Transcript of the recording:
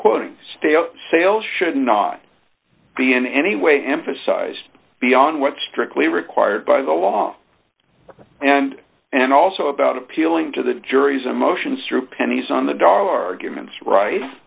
quoting sales should not be in any way emphasized beyond what strictly required by the law and and also about appealing to the jury's emotions through pennies on the